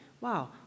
wow